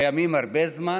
קיימות הרבה זמן?